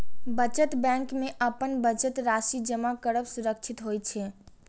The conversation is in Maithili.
बचत बैंक मे अपन बचत राशि जमा करब सुरक्षित होइ छै